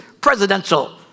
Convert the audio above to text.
presidential